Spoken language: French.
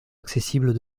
accessibles